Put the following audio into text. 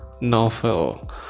novel